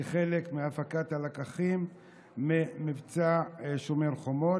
כחלק מהפקת הלקחים ממבצע שומר חומות.